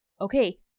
okay –